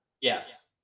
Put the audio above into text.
Yes